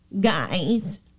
guys